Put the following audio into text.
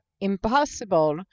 impossible